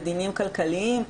בדינים כלכליים,